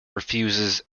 refuses